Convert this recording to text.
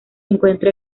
encuentra